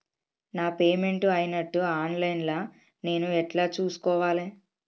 నా పేమెంట్ అయినట్టు online లా నేను ఎట్ల చూస్కోవాలే?